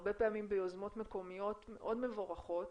הרבה פעמים ביוזמות מקומיות מאוד מבורכות,